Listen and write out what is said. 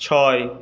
ছয়